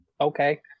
Okay